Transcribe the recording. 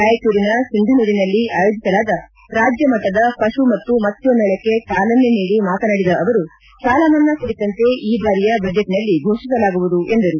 ರಾಯಚೂರಿನಲ್ಲಿ ಆಯೋಜಿಸಲಾದ ರಾಜ್ಯಮಟ್ಟದ ಪಶು ಮತ್ತು ಮತ್ತ್ವ ಮೇಳಕ್ಕೆ ಚಾಲನೆ ನೀಡಿ ಮಾತನಾಡಿದ ಅವರು ಸಾಲಮನ್ನಾ ಕುರಿತಂತೆ ಈ ಬಾರಿಯ ಬಜೆಟ್ನಲ್ಲಿ ಘೋಷಿಸಲಾಗುವುದು ಎಂದರು